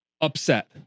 upset